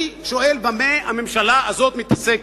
אני שואל, במה הממשלה הזאת מתעסקת?